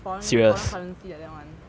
foreign foreign currency like that one